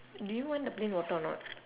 do you want the plain water or not